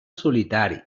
solitari